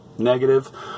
negative